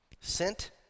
sent